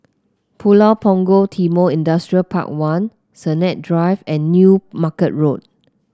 Pulau Punggol Timor Industrial Park One Sennett Drive and New Market Road